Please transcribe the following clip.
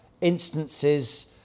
instances